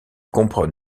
comprend